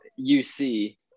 UC